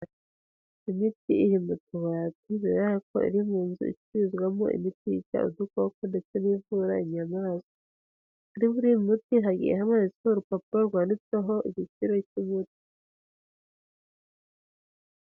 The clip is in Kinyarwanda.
Imiti iri mu tubati, biragara ko iri mu nzu icururizwamo imiti yica udukoko ndetse n'ivura inyamaswa. Kuri buri muti hagiye hamanitse urupapuro rwanditseho igiciro n'icyo uvura.